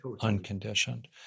unconditioned